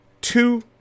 two